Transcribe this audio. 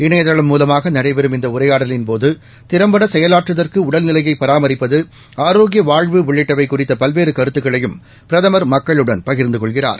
இணையதளம் மூலமாக நடைபெறும் இந்த உரையாடலின்போது திறம்பட செயலாற்றுதற்கு உடல்நிலையை பராமரிப்பது ஆரோக்கிய வாழ்வு உள்ளிட்டவை குறித்த பல்வேறு கருத்துக்களையும் பிரதமர் மக்களுடன் பகிர்ந்து கொள்கிறார்